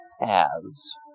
paths